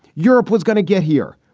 europe was going to get here.